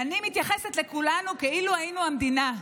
ואני מתייחסת לכולנו כאילו היינו המדינה,